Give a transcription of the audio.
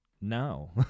no